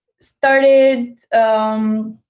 started